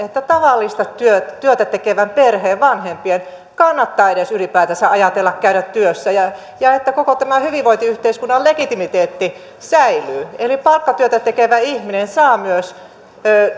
tavallista työtä työtä tekevän perheen vanhempien kannattaa edes ylipäätänsä ajatella käydä työssä ja ja että koko tämä hyvinvointiyhteiskunnan legitimiteetti säilyy eli palkkatyötä tekevä ihminen saa myös